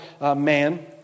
man